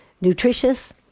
nutritious